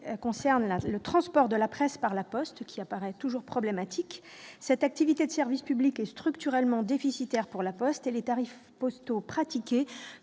concerne la le transport de la presse, par la Poste qui apparaît toujours problématique cette activité de service public est structurellement déficitaire pour la Poste et les tarifs postaux fausse